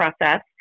process